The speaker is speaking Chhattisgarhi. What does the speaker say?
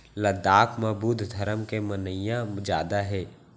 लद्दाख म बुद्ध धरम के मनइया जादा हे